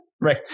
Right